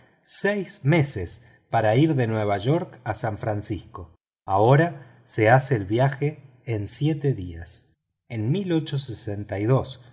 seis meses para ir de nueva york a san francisco ahora se hace el viaje en siete días en fue cuando a